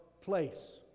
place